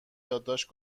یادداشت